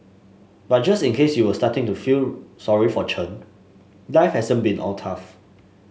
but just in case you were starting to feel sorry for Chen life hasn't been all tough